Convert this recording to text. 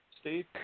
Steve